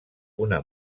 una